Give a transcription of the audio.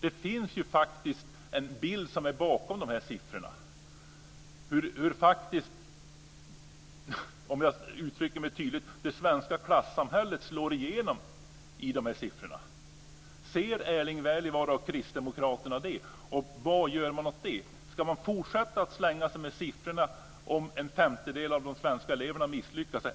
Det finns ju faktiskt en bild bakom siffrorna som visar, om jag uttrycker mig tydligt, hur det svenska klassamhället slår igenom. Ser Erling Wälivaara och kristdemokraterna det? Vad gör man åt det? Ska man fortsätta att slänga sig med siffrorna, med att en femtedel av de svenska eleverna misslyckas?